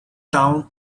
town